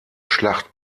schlacht